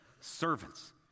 servants